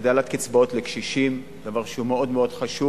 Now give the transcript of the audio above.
הגדלת קצבאות לקשישים, דבר שהוא מאוד חשוב.